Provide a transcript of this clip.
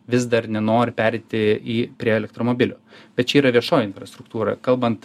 vis dar nenori pereiti į prie elektromobilių bet čia yra viešoji infrastruktūra kalbant